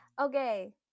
Okay